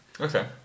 Okay